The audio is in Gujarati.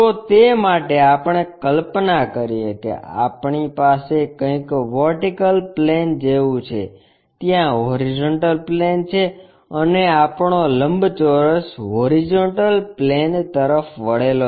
તો તે માટે આપણે કલ્પના કરીએ કે આપણી પાસે કંઈક વર્ટિકલ પ્લેન જેવું છે ત્યાં હોરીઝોન્ટલ પ્લેન છે અને આપણો લંબચોરસ હોરીઝોન્ટલ પ્લેન તરફ વળેલો છે